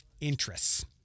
interests